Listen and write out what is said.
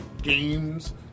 Games